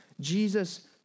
Jesus